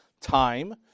time